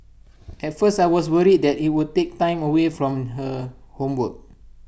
at first I was worried that IT would take time away from her homework